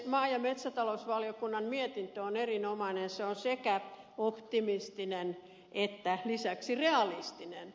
maa ja metsätalousvaliokunnan mietintö on erinomainen se on sekä optimistinen että lisäksi realistinen